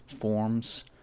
forms